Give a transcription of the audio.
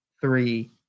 three